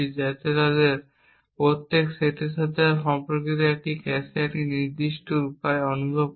যাতে তাদের প্রত্যেকটি সেই সেটের সাথে সম্পর্কিত একটি ক্যাশে একটি নির্দিষ্ট উপায় অনুভব করে